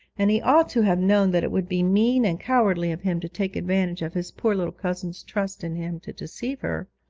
and he ought to have known that it would be mean and cowardly of him to take advantage of his poor little cousin's trust in him to deceive her.